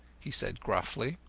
he said gruffly.